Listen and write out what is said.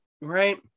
Right